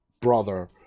brother